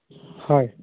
হয়